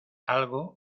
algo